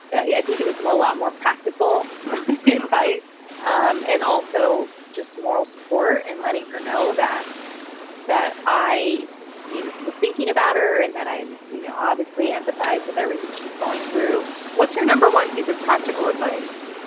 yeah i think it was more a lot more practical advice um and also just moral support and letting her know that that i you know was thinking about her and that i you know obviously empathize with everything she's going through what's your number one piece of practical advice?